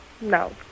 No